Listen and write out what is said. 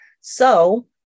So-